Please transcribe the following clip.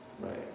Right